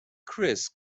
chris